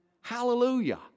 Hallelujah